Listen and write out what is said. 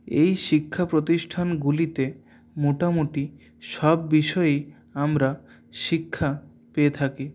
এই শিক্ষা প্রতিষ্ঠানগুলিতে মোটামুটি সব বিষয়েই আমারা শিক্ষা পেয়ে থাকি